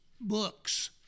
books